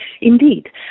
Indeed